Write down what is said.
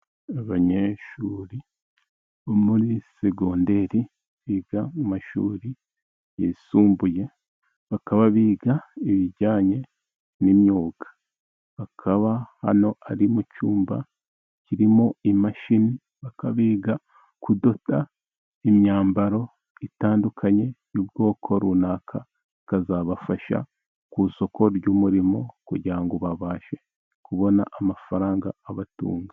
Abanyeshuri bo muri segonderi biga mu mashuri yisumbuye, bakaba biga ibijyanye n'imyuga, bakaba hano ari mu cyumba kirimo imashini, bakaba biga kudoda imyambaro itandukanye y'ubwoko runaka, bikazabafasha ku isoko ry'umurimo, kugira ngo babashe kubona amafaranga abatunga.